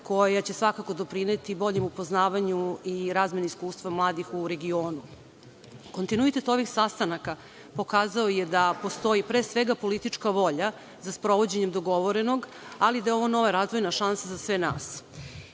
koja će svakako doprineti boljem upoznavanju i razmeni iskustva mladih u regionu. Kontinuitet ovih sastanaka pokazao je da postoji pre svega politička volja za sprovođenjem dogovorenog ali da je ovo nova razvojna šansa za sve nas.